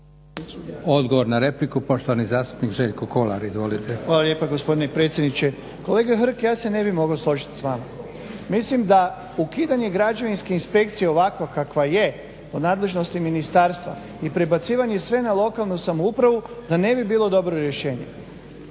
Odgovor na repliku poštovani zastupnik Željko Kolar. **Kolar, Željko (SDP)** Hvala lijepa gospodine predsjedniče. Kolega Hrg ja se ne bih mogao složiti s vama. Mislim da ukidanje građevinske inspekcije ovakva kakva je pod nadležnosti ministarstva i prebacivanje sve na lokalnu samoupravu da ne bi bilo dobro rješenje.